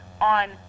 on